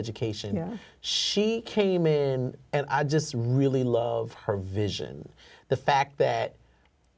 education she came in and i just really love her vision the fact that